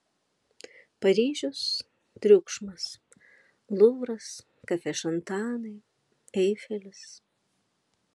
paryžius triukšmas luvras kafešantanai eifelis